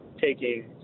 taking